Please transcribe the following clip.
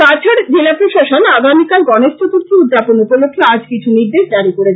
কাছাড় জেলা প্রশাসন আগামীকাল গনেশ চতুর্থী উদযাপন উপলক্ষ্যে আজ কিছু নির্দেশ জারি করেছে